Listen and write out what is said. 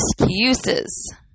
excuses